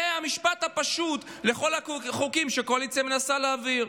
זה המשפט הפשוט לכל החוקים שהקואליציה מנסה להעביר.